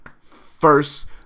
First